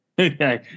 Okay